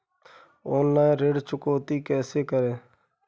Online ऋण चुकौती कैसे करें?